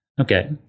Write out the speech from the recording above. Okay